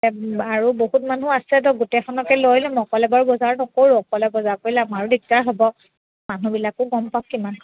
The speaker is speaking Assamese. আৰু বহুত মানুহ আছেতো গোটেইখনকে লৈ ল'ম অকলে বাৰু বজাৰ নকৰোঁ অকলে বজাৰ কৰিলে আমাৰো দিগদাৰ হ'ব মানুহবিলাকো গম পাওক কিমান